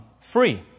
free